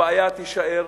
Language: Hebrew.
הבעיה תישאר.